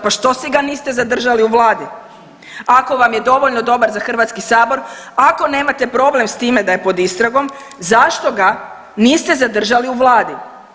Pa što si ga niste zadržali u vladi ako vam je dovoljno dobar za HS, ako nemate problem s time da je pod istragom, zašto ga niste zadržali u vladi?